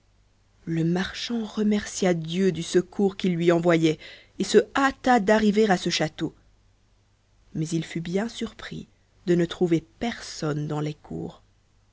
le marchand remercia dieu du secours qu'il lui envoyait et se hâta d'arriver à ce château mais il fut bien surpris de ne trouver personne dans les cours